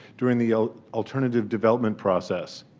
during the alternative development process.